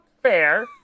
Fair